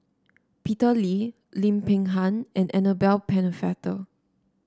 Peter Lee Lim Peng Han and Annabel Pennefather